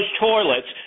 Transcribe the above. toilets